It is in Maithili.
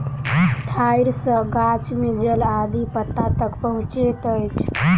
ठाइड़ सॅ गाछ में जल आदि पत्ता तक पहुँचैत अछि